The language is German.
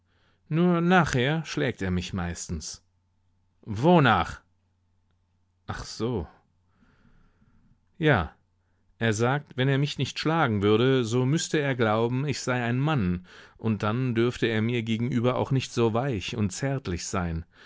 nur nachher schlägt er mich meistens wonach ach so ja er sagt wenn er mich nicht schlagen würde so müßte er glauben ich sei ein mann und dann dürfte er mir gegenüber auch nicht so weich und zärtlich sein